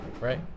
right